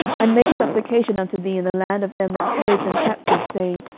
and make supplication unto thee in the land of them that carried them captives, saying,